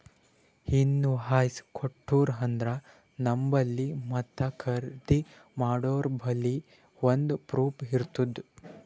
invoice ಕೊಟ್ಟೂರು ಅಂದ್ರ ನಂಬಲ್ಲಿ ಮತ್ತ ಖರ್ದಿ ಮಾಡೋರ್ಬಲ್ಲಿ ಒಂದ್ ಪ್ರೂಫ್ ಇರ್ತುದ್